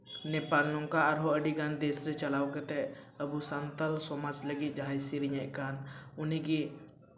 ᱱᱮᱯᱟᱞ ᱱᱚᱝᱠᱟ ᱟᱨᱦᱚᱸ ᱟᱹᱰᱤᱜᱟᱱ ᱫᱮᱥ ᱨᱮ ᱪᱟᱞᱟᱣ ᱠᱟᱛᱮᱜ ᱟᱹᱵᱩ ᱥᱟᱱᱛᱟᱞ ᱥᱚᱢᱟᱡᱽ ᱞᱟᱹᱜᱤᱫ ᱡᱟᱦᱟᱸᱭ ᱥᱮᱨᱮᱧᱮᱜ ᱠᱟᱱ ᱩᱱᱤᱜᱮ